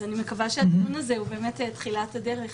אז אני מקווה שהדיון הזה הוא באמת תחילת הדרך